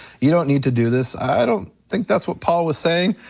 you don't need to do this. i don't think that's what paul was saying.